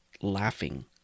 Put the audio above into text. laughing